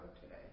today